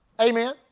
Amen